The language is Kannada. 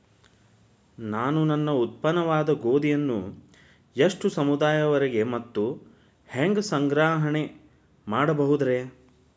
ನಾನು ನನ್ನ ಉತ್ಪನ್ನವಾದ ಗೋಧಿಯನ್ನ ಎಷ್ಟು ಸಮಯದವರೆಗೆ ಮತ್ತ ಹ್ಯಾಂಗ ಸಂಗ್ರಹಣೆ ಮಾಡಬಹುದುರೇ?